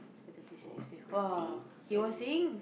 four fifty seven